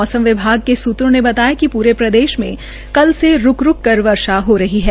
मौसम विभाग के सूत्रों ने बताया कि प्रे प्रदेश में कल से रूक रूक कर वर्षा हो रही है